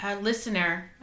listener